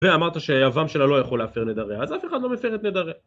ואמרת שהיבם שלה לא יכול להפר נדריה, אז אף אחד לא מפר את נדריה.